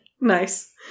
Nice